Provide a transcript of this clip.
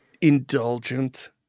indulgent